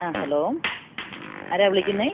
ആ ഹലോ ആരാണ് വിളിക്കുന്നത്